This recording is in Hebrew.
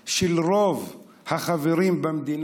שהתלוותה אליה, השתיקה של רוב החברים במדינה,